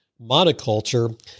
monoculture